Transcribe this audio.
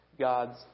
gods